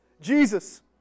Jesus